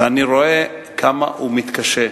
ואני רואה כמה הוא מתקשה,